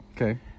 Okay